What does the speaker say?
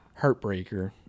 heartbreaker